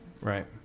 Right